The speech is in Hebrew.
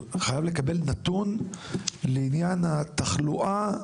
אבל חייב לקבל נתון לעניין התחלואה.